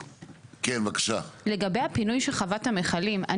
קטנה, לגבי הפינוי של חוות המכלים.